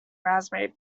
raspberry